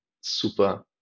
super